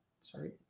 sorry